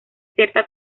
cierta